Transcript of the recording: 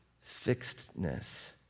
fixedness